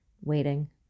waiting